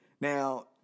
Now